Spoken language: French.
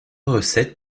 recettes